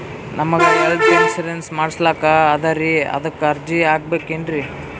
ನಮಗ health insurance ಮಾಡಸ್ಲಾಕ ಅದರಿ ಅದಕ್ಕ ಅರ್ಜಿ ಹಾಕಬಕೇನ್ರಿ?